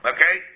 Okay